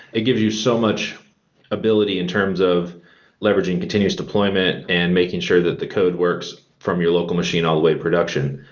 it gives you so much ability in terms of leveraging continuous deployment and making sure that the code works from your local machine all the way to production.